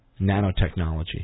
nanotechnology